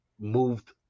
moved